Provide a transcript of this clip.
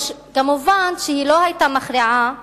מובן שהיא לא היתה מכריעה